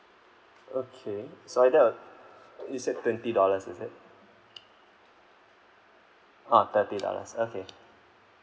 okay so that will you said twenty dollars is it ah thirty dollars okay